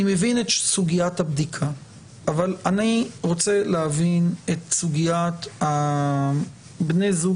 אני מבין את סוגיית הבדיקה אבל אני רוצה להבין את סוגיית בני הזוג